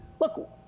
look